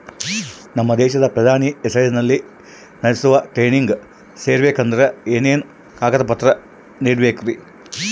ನಮ್ಮ ದೇಶದ ಪ್ರಧಾನಿ ಹೆಸರಲ್ಲಿ ನಡೆಸೋ ಟ್ರೈನಿಂಗ್ ಸೇರಬೇಕಂದರೆ ಏನೇನು ಕಾಗದ ಪತ್ರ ನೇಡಬೇಕ್ರಿ?